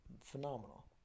Phenomenal